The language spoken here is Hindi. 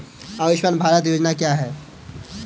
आयुष्मान भारत योजना क्या है?